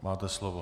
Máte slovo.